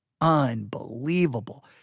unbelievable